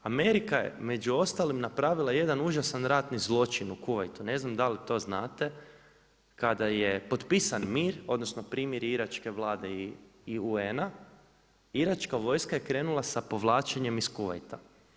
Amerika je među ostalima napravila jedan užasan ratni zločin u Kuvajtu, ne znam da li to znate, kada je potpisan mir, odnosno primjere Iračke Vlade i UN-a, Iračka vojska je krenula sa povlačenjem iz Kuvajta.